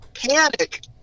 panic